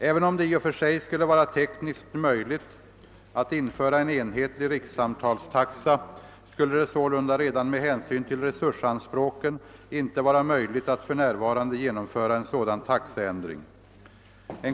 Även om det i och för sig skulle vara tekniskt möjligt att införa en enhetlig rikssamtalstaxa skulle det sålunda redan med hänsyn till resursanspråken inte vara möjligt att för närvarande genomföra en sådan taxeändring.